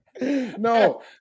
No